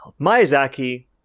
Miyazaki